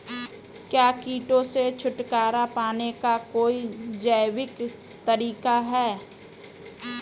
क्या कीटों से छुटकारा पाने का कोई जैविक तरीका है?